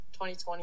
2020